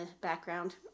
background